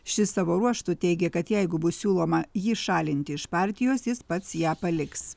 ši savo ruožtu teigia kad jeigu bus siūloma jį šalinti iš partijos jis pats ją paliks